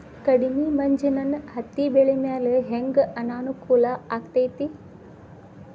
ಕಡಮಿ ಮಂಜ್ ನನ್ ಹತ್ತಿಬೆಳಿ ಮ್ಯಾಲೆ ಹೆಂಗ್ ಅನಾನುಕೂಲ ಆಗ್ತೆತಿ?